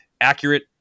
accurate